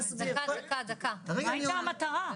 מה הייתה המטרה?